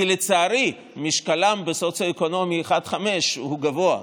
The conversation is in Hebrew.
כי לצערי, משקלם בסוציו-אקונומי 1 5 הוא גבוה.